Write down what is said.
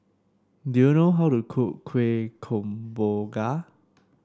do you know how to cook Kueh Kemboja